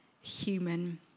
human